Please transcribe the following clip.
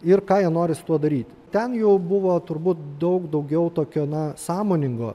ir ką jie nori su tuo daryti ten jau buvo turbūt daug daugiau tokio na sąmoningo